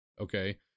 okay